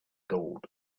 gold